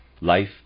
life